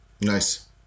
Nice